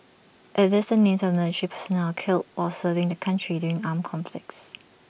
IT lists the names of military personnel killed on serving the country during armed conflicts